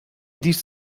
dies